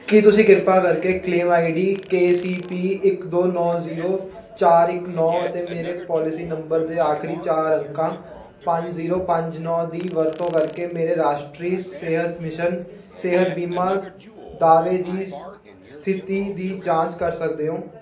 ਕੀ ਤੁਸੀਂ ਕਿਰਪਾ ਕਰਕੇ claim I D K C P ਇੱਕ ਦੋ ਨੌਂ ਜ਼ੀਰੋ ਚਾਰ ਇੱਕ ਨੌਂ ਅਤੇ ਮੇਰੇ ਪੋਲਿਸੀ ਨੰਬਰ ਦੇ ਆਖਰੀ ਚਾਰ ਅੰਕਾਂ ਪੰਜ ਜ਼ੀਰੋ ਪੰਜ ਨੌਂ ਦੀ ਵਰਤੋਂ ਕਰਕੇ ਮੇਰੇ ਰਾਸ਼ਟਰੀ ਸਿਹਤ ਮਿਸ਼ਨ ਸਿਹਤ ਬੀਮਾ ਦਾਅਵੇ ਦੀ ਸ ਸਥਿਤੀ ਦੀ ਜਾਂਚ ਕਰ ਸਕਦੇ ਹੋ